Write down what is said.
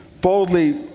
boldly